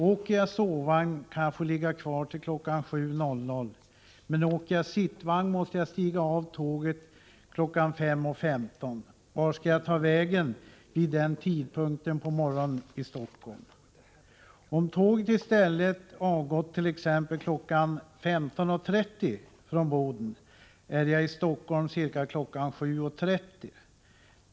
Åker jag sovvagn kan jag få ligga kvar i tåget till kl. 07.00, men åker jag sittvagn måste jag stiga av kl. 05.15. Vart skall jag ta vägen vid den tidpunkten på morgonen i Stockholm? Om tåget i stället avgick från Boden t.ex. kl. 15.30, skulle jag vara i Stockholm ca kl. 07.30.